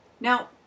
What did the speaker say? Now